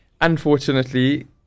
Unfortunately